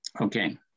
Okay